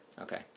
Okay